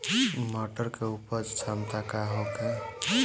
मटर के उपज क्षमता का होखे?